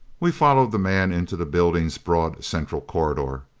we followed the man into the building's broad central corridor.